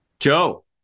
Joe